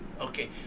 Okay